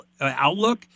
outlook